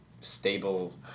stable